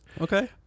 Okay